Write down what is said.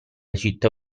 città